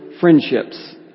friendships